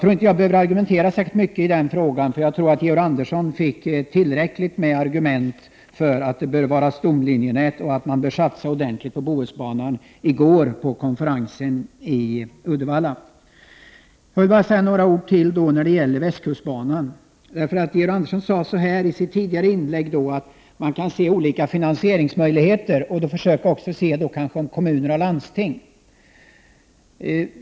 Jag behöver nog inte argumentera särskilt mycket i den frågan, eftersom Georg Andersson i går vid konferensen i Uddevalla fick höra tillräckligt starka argument för att Bohusbanan bör utgöra en stomjärnväg och för att man bör satsa ordentligt på denna. När det gäller västkustbanan sade Georg Andersson i sitt tidigare inlägg att man kan undersöka olika finansieringsmöjligheter, om kommuner och landsting kan bidra.